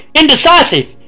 indecisive